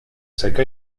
seca